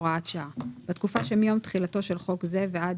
הוראת שעה בתקופה שמיום תחילתו של חוק זה ועד